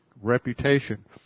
reputation